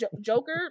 joker